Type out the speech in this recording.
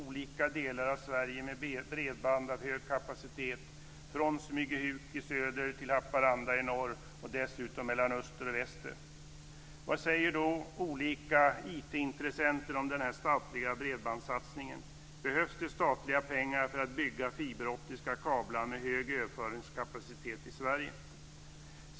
Vad säger då olika IT-intressenter om denna statliga bredbandssatsning? Behövs det statliga pengar för att bygga fiberoptiska kablar med hög överföringskapacitet i Sverige?